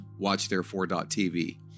watchtherefore.tv